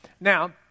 Now